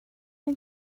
mae